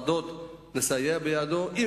נסייע בידו בוועדות.